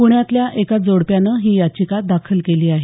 पुण्यातल्या एका जोडप्यानं ही याचिका दाखल केली आहे